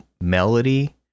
melody